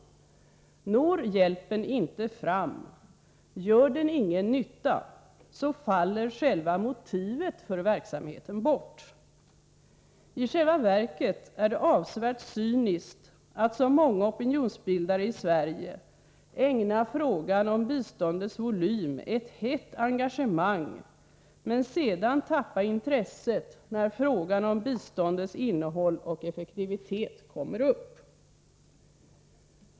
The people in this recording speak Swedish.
Når hjälpen inte fram — gör den ingen nytta — så faller själva motivet för verksamheten bort. I själva verket är det mycket cyniskt att, som många opinionsbildare i Sverige, ägna frågan om biståndets volym ett hett engagemang men sedan tappa intresset när frågan om biståndets innehåll och effektivitet kommer upp.